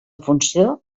funció